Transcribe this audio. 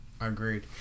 Agreed